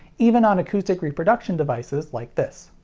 even on acoustic reproduction devices like this.